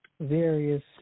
various